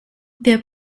their